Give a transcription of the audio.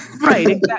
Right